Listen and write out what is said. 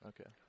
Okay